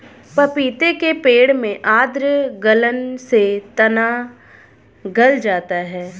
पपीते के पेड़ में आद्र गलन से तना गल जाता है